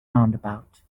roundabout